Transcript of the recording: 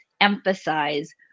emphasize